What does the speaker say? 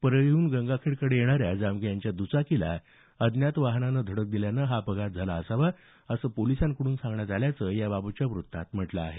परळीहन गंगाखेड कडे येणाऱ्या जामगे यांच्या दचाकीला अज्ञात वाहनानं धडक दिल्यानं हा अपघात झाला असावा असं पोलिसांकड्रन सांगण्यात आल्याचं या बाबतच्या वृत्तात म्हटलं आहे